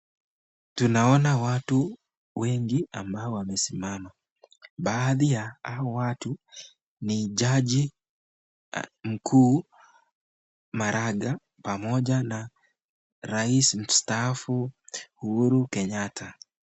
Tunaona watu wengi ambao wamesimama baadhi ya hao watu ni jaji mkuu maraga pamoja na rais msataafu Uhuru Kenyatta.